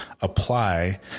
apply